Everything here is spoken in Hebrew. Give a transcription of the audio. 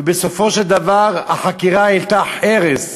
ובסופו של דבר החקירה העלתה חרס.